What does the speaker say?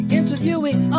interviewing